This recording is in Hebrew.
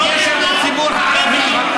בקשר לציבור הערבי.